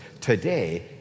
today